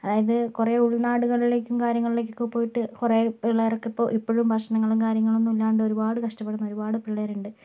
അതായത് കുറേ ഉൾനാടുകളിലേക്കും കാര്യങ്ങളിലേക്കൊക്കെ പോയിട്ട് കുറേ പിള്ളേരൊക്കെ ഇപ്പോൾ ഇപ്പോഴും ഭക്ഷണങ്ങളും കാര്യങ്ങളൊന്നും ഇല്ലാണ്ട് ഒരുപാട് കഷ്ടപ്പെടുന്ന ഒരുപാട് പിള്ളേരുണ്ട്